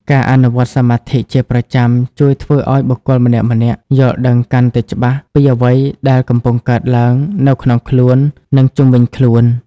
ការអនុវត្តសមាធិជាប្រចាំជួយធ្វើឱ្យបុគ្គលម្នាក់ៗយល់ដឹងកាន់តែច្បាស់ពីអ្វីដែលកំពុងកើតឡើងនៅក្នុងខ្លួន និងជុំវិញខ្លួន។